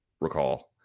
recall